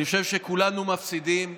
אני חושב שכולנו מפסידים.